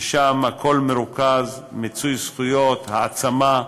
ששם הכול מרוכז, מיצוי זכויות, העצמה,